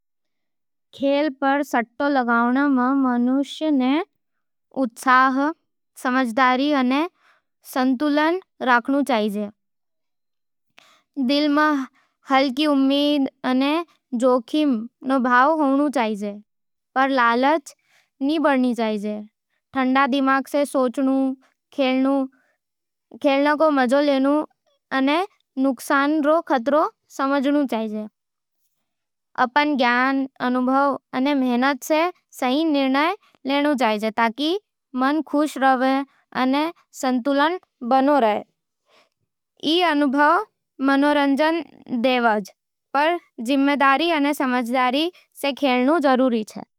खेल पर सट्टा लगावण में, मनुष्य ने उत्साह, समझदारी अने संतुलन राखण चैजा। दिल में हलकी उम्मीद अने जोखिम के भाव होवे, पर लालच नईं बढ़ावो। ठंडा दिमाग सै सोचो, खेल रो मजा लो अने नुकसान रो खतरा समझो। अपन ज्ञान, अनुभव अने मेहनत सै सही निर्णय लेवो, ताकी मन खुश रहै अने संतुलन बनी रहे।